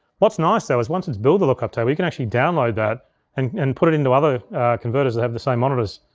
what's nice though, is once it's built the lookup table, you can actually download that and and put it into other converters that have the same monitors.